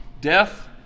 Death